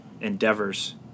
endeavors